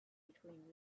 between